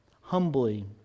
humbly